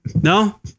No